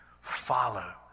follow